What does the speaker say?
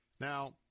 Now